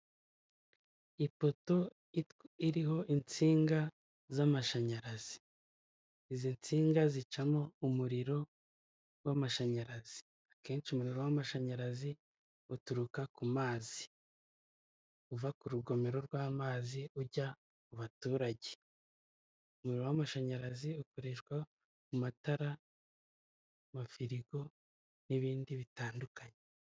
Ipoto iriho insinga z'amashanyarazi. Izi nsinga zicamo umuriro w'amashanyarazi akenshi umuriro w'amashanyarazi uturuka ku mazi. Uva ku rugomero rw'amazi ujya mu baturage umuriro w'amashanyarazi ukoreshwa mu matara amafirigo n'ibindi bitandukanye.